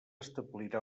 establirà